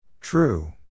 True